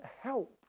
help